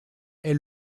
est